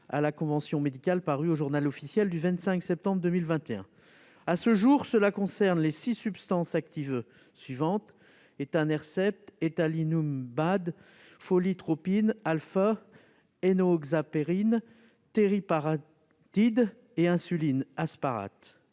à la convention médicale parue au du 25 septembre 2021. À ce jour, cela concerne les six substances actives suivantes : étanercept, adalimumab, follitropine alfa, énoxaparine, tériparatide et insuline asparte.